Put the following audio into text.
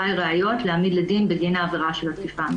די ראיות להעמיד לדין בגין העבירה של התקיפה המינית.